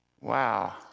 Wow